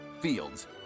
Fields